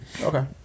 Okay